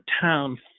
town